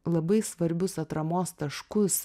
labai svarbius atramos taškus